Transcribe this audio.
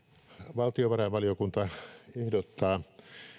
valtiovarainvaliokunta ehdottaa